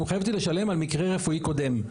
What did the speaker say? הוא מחייב אותי לשלם על מקרה רפואי קודם,